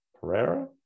Pereira